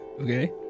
Okay